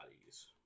bodies